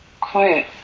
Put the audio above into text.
Quiet